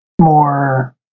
more